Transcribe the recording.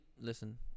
listen